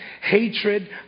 hatred